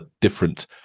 different